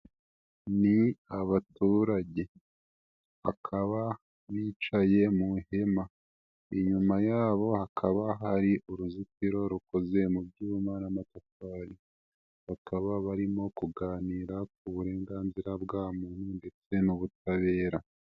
Ni abaturage bakaba bicaye mu ihema, inyuma yabo hakaba hari uruzitiro rukoze mu byubuyuma n'amatafari, bakaba barimo kuganira ku burenganzira bwa muntu ndetse n'ubutabera.